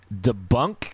debunk